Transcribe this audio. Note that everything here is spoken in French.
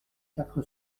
quatre